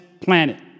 planet